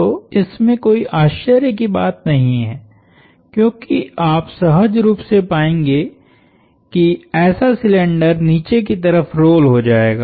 तो इसमें कोई आश्चर्य की बात नहीं है क्योंकि आप सहज रूप से पाएंगे कि ऐसा सिलिंडर नीचे की तरफ रोल हो जाएगा